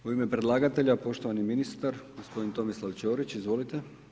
U ime predlagatelja poštovani ministar gospodin Tomislav Ćorić, izvolite.